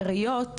עיריות,